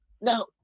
Now